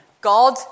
God